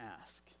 ask